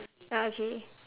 ya okay